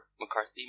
mccarthy